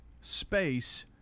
space